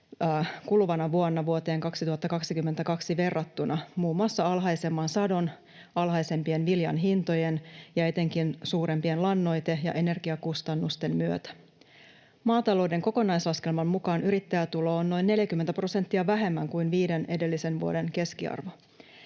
kuluvana vuonna vuoteen 2022 verrattuna muun muassa alhaisemman sadon, alhaisempien viljan hintojen ja etenkin suurempien lannoite- ja energiakustannusten myötä. Maatalouden kokonaislaskelman mukaan yrittäjätulo on noin 40 prosenttia vähemmän kuin viiden edellisen vuoden keskiarvo,